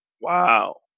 Wow